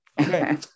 Okay